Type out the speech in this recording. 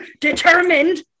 determined